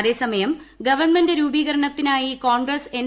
അതേസമയം ഗവൺമെന്റ് രൂപീകരണത്തിനായി കോൺഗ്രസ്റ്റ് എൻ